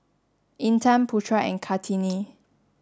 Intan Putra and Kartini